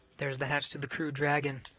there's the hatch to the crew dragon.